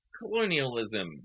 colonialism